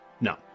No